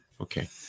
Okay